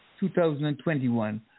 2021